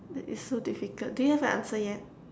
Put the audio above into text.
that is so difficult do you have an answer yet